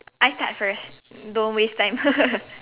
I start first don't waste time